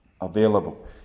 available